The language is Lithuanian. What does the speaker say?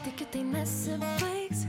tikiu tai nesibaigs